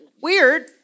Weird